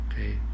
Okay